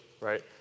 right